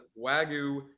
wagyu